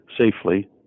safely